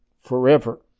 forever